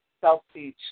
self-teach